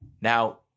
Now